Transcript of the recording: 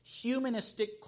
humanistic